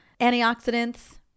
antioxidants